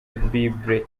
bible